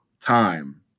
time